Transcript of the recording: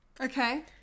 Okay